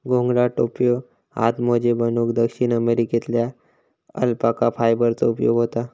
घोंगडा, टोप्यो, हातमोजे बनवूक दक्षिण अमेरिकेतल्या अल्पाका फायबरचो उपयोग होता